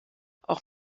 auch